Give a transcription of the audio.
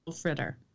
fritter